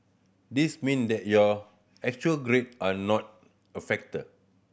this mean that your actual grade are not a factor